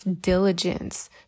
diligence